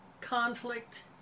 conflict